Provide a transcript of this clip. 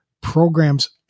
programs